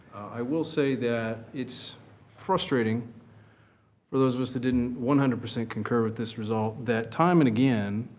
i will say that it's frustrating for those of us that didn't one hundred percent concur with this result that time and, again,